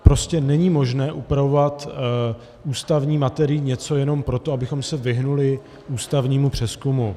Prostě není možné upravovat v ústavní materii něco jenom proto, abychom se vyhnuli ústavnímu přezkumu.